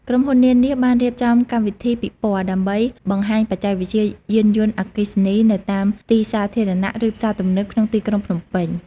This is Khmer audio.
ក្រុមហ៊ុននានា បានរៀបចំកម្មវិធីពិព័រណ៍ ដើម្បីបង្ហាញបច្ចេកវិទ្យាយានយន្តអគ្គីសនីនៅតាមទីសាធារណៈ ឬផ្សារទំនើបក្នុងទីក្រុងភ្នំពេញ។